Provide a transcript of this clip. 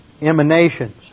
emanations